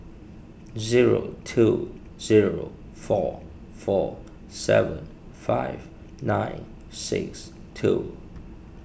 zero two zero four four seven five nine six two